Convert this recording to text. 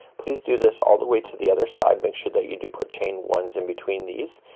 please do this all the way to the other side. make sure that you do put chain ones in between these,